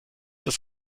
das